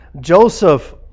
Joseph